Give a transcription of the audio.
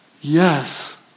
yes